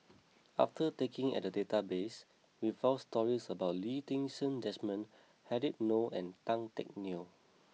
after taking at the database we found stories about Lee Ti Seng Desmond Habib Noh and Tan Teck Neo